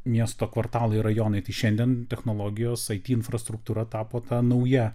miesto kvartalai rajonai tai šiandien technologijos it infrastruktūra tapo ta nauja